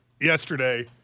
yesterday